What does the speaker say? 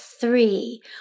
three